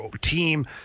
team